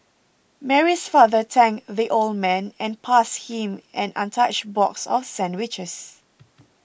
Mary's father thanked the old man and passed him an untouched box of sandwiches